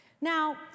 Now